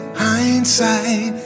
hindsight